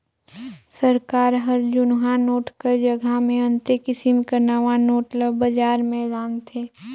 सरकार हर जुनहा नोट कर जगहा मे अन्ते किसिम कर नावा नोट ल बजार में लानथे